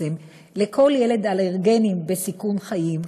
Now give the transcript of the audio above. לכל ילד אלרגי בסכנת חיים.